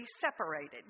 separated